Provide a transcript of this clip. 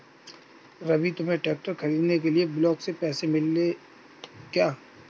रवि तुम्हें ट्रैक्टर खरीदने के लिए ब्लॉक से पैसे मिले क्या?